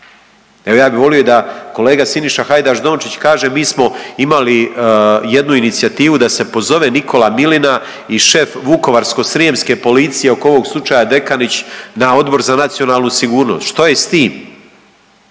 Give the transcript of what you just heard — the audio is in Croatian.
Evo ja bi volio da kolega Siniša Hajdaš Dončić kaže mi smo imali jednu inicijativu da se pozove Nikola Milina i šef Vukovarsko-srijemske policije oko ovog slučaja Dekanić na Odbor za nacionalnu sigurnost. Što je s tim?